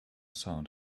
sound